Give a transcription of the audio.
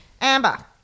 Amber